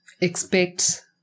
expect